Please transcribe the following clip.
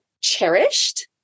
cherished